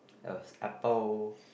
there was apple